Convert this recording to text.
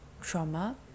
trauma